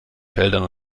feldern